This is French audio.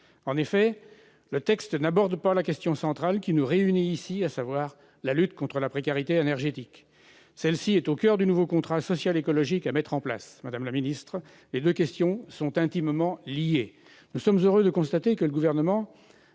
En effet, le texte n'aborde pas la question centrale qui nous réunit ici, à savoir la lutte contre la précarité énergétique, laquelle est au coeur du nouveau contrat social et écologique à mettre en place. Madame la secrétaire d'État, les deux questions sont intimement liées. Nous sommes heureux de constater que le Gouvernement,